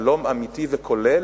שלום אמיתי וכולל